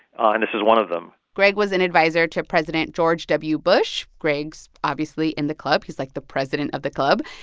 ah and this is one of them greg was an adviser to president george w. bush. greg's obviously in the club. he's like the president of the club.